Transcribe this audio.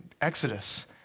Exodus